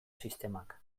sistemak